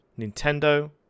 Nintendo